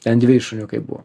ten dveji šuniukai buvo